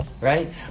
right